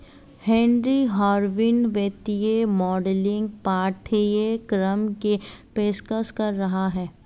Henry Harvin वित्तीय modelling पाठ्यक्रम की पेशकश कर रहा हैं